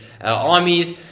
armies